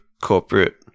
corporate